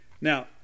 Now